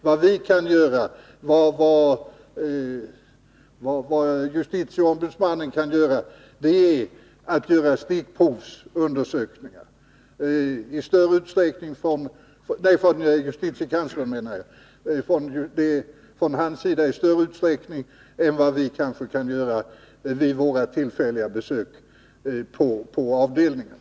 Vad vi kan göra och vad justitiekanslern kan göra är stickprovsundersökningar, från hans sida i större utsträckning än vi kan göra vid våra tillfälliga besök på avdelningarna.